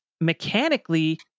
mechanically